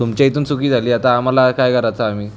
तुमच्या इथून चूक झाली आता आम्हाला काय करायचं आम्ही